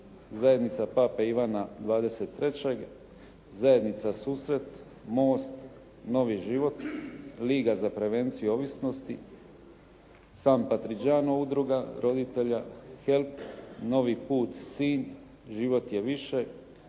Zajednica Pape Ivana XXIII, Zajednica "Susret", "Most", "Novi život", Liga za prevenciju ovisnosti, San Patriđano udruga roditelja, "Help", "Novi put" Sinj, "Život je više",